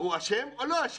אשם או לא אשם?